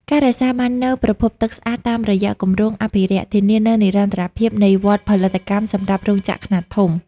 ការរក្សាបាននូវប្រភពទឹកស្អាតតាមរយៈគម្រោងអភិរក្ស ធានានូវនិរន្តរភាពនៃវដ្តផលិតកម្មសម្រាប់រោងចក្រខ្នាតធំ។